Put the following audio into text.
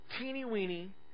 teeny-weeny